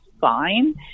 fine